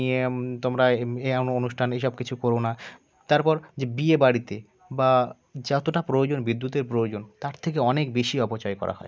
নিয়ে তোমরা এমন অনুষ্ঠান এই সব কিছু কোরো না তারপর যে বিয়ে বাড়িতে বা যতটা প্রয়োজন বিদ্যুতের প্রয়োজন তার থেকে অনেক বেশি অপচয় করা হয়